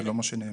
זה לא מה שנאמר.